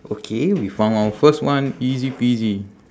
okay we found our first one easy peasy